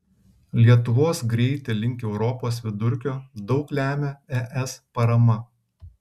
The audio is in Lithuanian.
lietuvos greitį link europos vidurkio daug lemia es parama